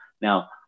Now